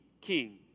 king